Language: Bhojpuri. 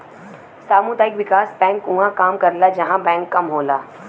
सामुदायिक विकास बैंक उहां काम करला जहां बैंक कम होला